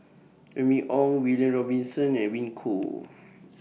Remy Ong William Robinson Edwin Koo